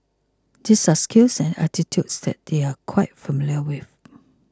these are skills and aptitudes that they are quite familiar with